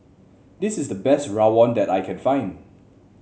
this is the best rawon that I can find